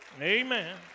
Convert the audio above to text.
Amen